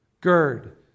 Gird